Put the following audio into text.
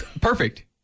Perfect